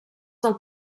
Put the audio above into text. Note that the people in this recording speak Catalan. del